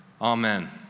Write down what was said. Amen